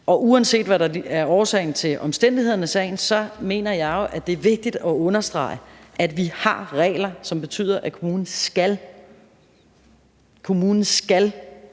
Uanset hvad der er årsagen til omstændighederne i sagen, mener jeg jo, at det er vigtigt at understrege, at vi har regler, som betyder, at kommunen skal tilbyde støtte